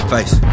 face